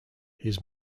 his